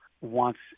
wants